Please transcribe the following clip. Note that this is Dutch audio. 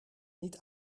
niet